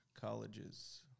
colleges